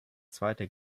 zweite